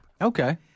Okay